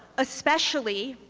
especially,